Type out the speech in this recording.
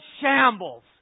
shambles